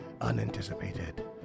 unanticipated